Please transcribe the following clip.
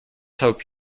hope